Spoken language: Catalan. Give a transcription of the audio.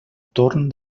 torn